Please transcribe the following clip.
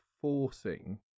forcing